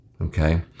okay